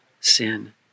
sin